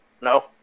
No